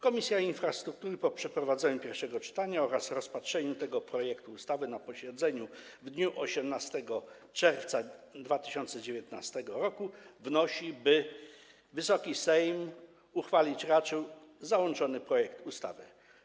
Komisja Infrastruktury po przeprowadzeniu pierwszego czytania oraz rozpatrzeniu tego projektu ustawy na posiedzeniu w dniu 18 czerwca 2019 r. wnosi, by Wysoki Sejm uchwalić raczył załączony projekt ustawy.